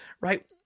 right